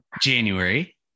January